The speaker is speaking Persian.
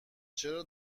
چرا